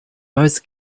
most